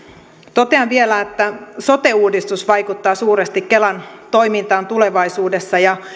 totean vielä että sote uudistus vaikuttaa suuresti kelan toimintaan tulevaisuudessa ja